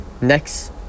next